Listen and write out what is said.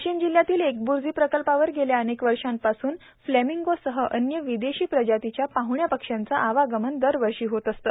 वाशीम जिल्ह्यातील एकब्र्जी प्रकल्पावर गेल्या अनेक वर्षापासून पासून प्लेमिंगो सह अन्य विदेशी प्रजातीच्या पाहण्या पक्षांचे आवागमन दरवर्षी होत असते